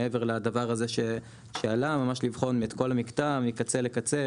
מעבר לדבר הזה שעלה ממש לבחון את כל המקטע מקצה לקצה,